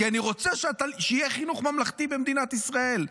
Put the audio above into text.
כי אני רוצה שיהיה חינוך ממלכתי במדינת ישראל.